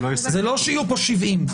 זה לא שיהיו פה שבעים.